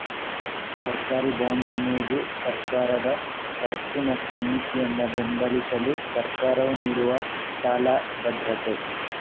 ಸರ್ಕಾರಿ ಬಾಂಡ್ ಅನ್ನುದು ಸರ್ಕಾರದ ಖರ್ಚು ಮತ್ತು ನೀತಿಯನ್ನ ಬೆಂಬಲಿಸಲು ಸರ್ಕಾರವು ನೀಡುವ ಸಾಲ ಭದ್ರತೆ